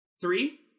Three